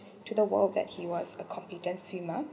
to the world that he was a competent swimmer